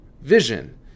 vision